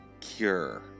Cure